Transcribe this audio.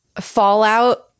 fallout